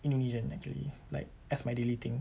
indonesian actually like as my daily thing